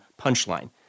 punchline